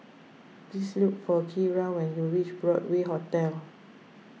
please look for Kiera when you reach Broadway Hotel